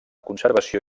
conservació